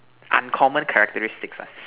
uncommon characteristic ah